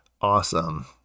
awesome